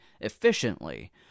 efficiently